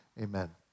Amen